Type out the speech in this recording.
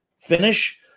finish